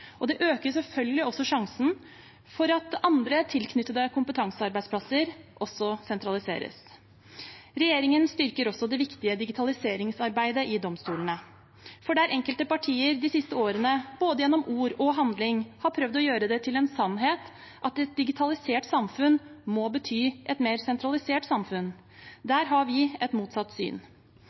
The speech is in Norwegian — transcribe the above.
Det øker selvfølgelig også faren for at andre tilknyttede kompetansearbeidsplasser også sentraliseres. Regjeringen styrker også det viktige digitaliseringsarbeidet i domstolene. Der enkelte partier de siste årene både gjennom ord og handling har prøvd å gjøre det til en sannhet at et digitalisert samfunn må bety et mer sentralisert samfunn, har vi et motsatt syn.